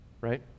Right